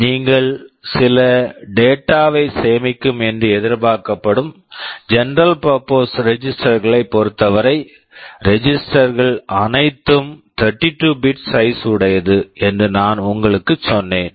நீங்கள் சில data data வைச் சேமிக்கும் என்று எதிர்பார்க்கப்படும் general purpose registers general purpose registers களைப் பொறுத்தவரை ரெஜிஸ்டெர்ஸ் registers கள் அனைத்தும் 32 பிட் bit சைஸ் size உடையது என்று நான் உங்களுக்குச் சொன்னேன்